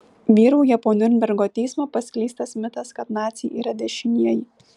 vyrauja po niurnbergo teismo paskleistas mitas kad naciai yra dešinieji